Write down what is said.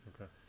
Okay